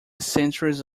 centuries